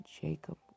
Jacob